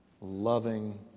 loving